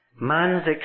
man's